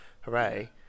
hooray